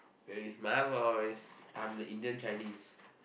where's my voice I am the Indian Chinese